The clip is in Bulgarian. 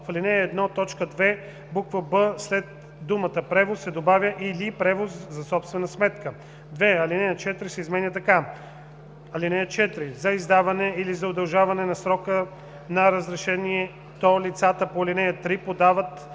В ал. 1, т. 2, буква „б” след думата „превоз” се добавя „или превоз за собствена сметка”. 2. Алинея 4 се изменя така: „(4) За издаване или за удължаване на срока на разрешението лицата по ал. 3 подават